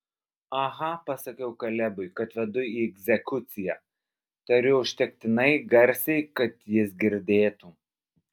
aha pasakiau kalebui kad vedu į egzekuciją tariu užtektinai garsiai kad jis girdėtų